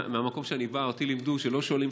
מהמקום שאני בא אותי לימדו: לא שואלים